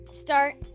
start